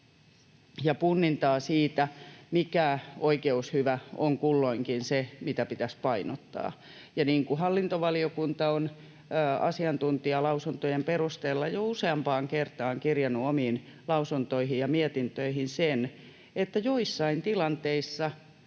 ja punnintaa siitä, mikä oikeushyvä on kulloinkin se, mitä pitäisi painottaa. Ja niin kuin hallintovaliokunta on asiantuntijalausuntojen perusteella jo useampaan kertaan kirjannut omiin lausuntoihinsa ja mietintöihinsä, joissain tilanteissa